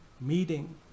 Meeting